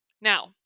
Now